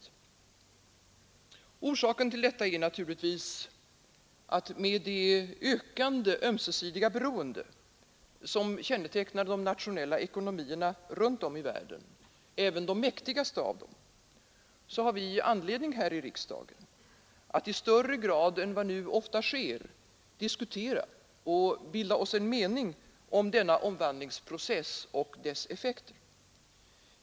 Orsaken till detta är naturligtvis att med det ökande ömsesidiga beroende som kännetecknar de nationella ekonomierna runt om i världen, även de mäktigaste av dem, har vi anledning här i riksdagen att i större grad än vad nu ofta sker diskutera och bilda oss en mening om denna omvandlingsprocess och dess effekter.